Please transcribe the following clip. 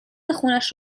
خونش